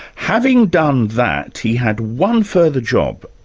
having done that, he had one further job,